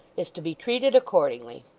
is to be treated accordingly